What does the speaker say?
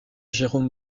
jérôme